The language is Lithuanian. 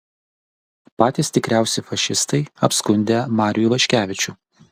patys tikriausi fašistai apskundę marių ivaškevičių